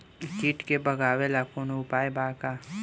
कीट के भगावेला कवनो उपाय बा की?